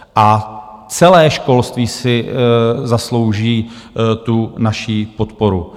A celé školství si zaslouží tu naši podporu.